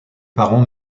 parents